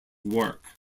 work